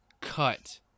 cut